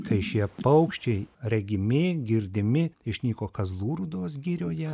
kai šie paukščiai regimi girdimi išnyko kazlų rūdos girioje